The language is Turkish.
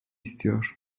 istiyor